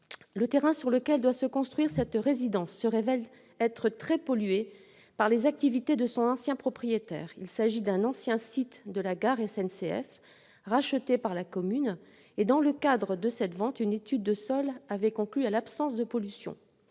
Le terrain sur lequel doit se construire cette résidence se révèle être très pollué par les activités de son ancien propriétaire. Il s'agit d'un ancien site de la gare SNCF, racheté par la commune. Dans le cadre de cette vente, une étude de sols avait conclu à l'absence de pollution.